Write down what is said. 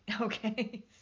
okay